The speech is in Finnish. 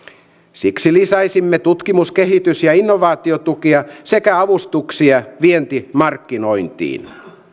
siksi lisäisimme tutkimus kehitys ja innovaatiotukia sekä avustuksia vientimarkkinointiin